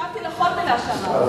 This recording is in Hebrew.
הקשבתי לכל מלה שאמרת.